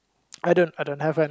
I don't I don't have right